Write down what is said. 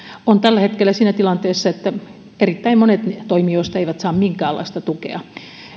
on tällä hetkellä siinä tilanteessa että erittäin monet toimijoista eivät saa minkäänlaista tukea